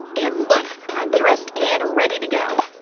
and look! i'm dressed and ready to go!